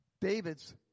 David's